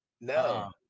No